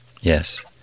Yes